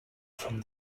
from